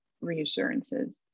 reassurances